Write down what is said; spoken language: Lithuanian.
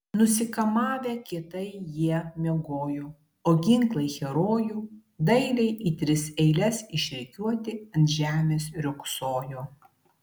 nusikamavę kietai jie miegojo o ginklai herojų dailiai į tris eiles išrikiuoti ant žemės riogsojo